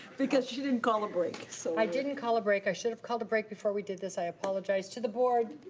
because she didn't call a break. so i didn't call a break. i should have called a break before we did this. i apologize to the board.